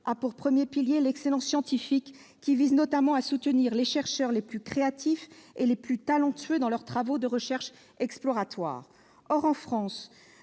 a comme premier pilier l'excellence scientifique, qui vise notamment à « soutenir les chercheurs les plus créatifs et les plus talentueux dans leurs travaux de recherche exploratoire ». Or, en France,